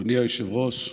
אדוני היושב-ראש,